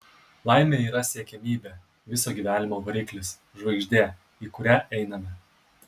laimė yra siekiamybė viso gyvenimo variklis žvaigždė į kurią einame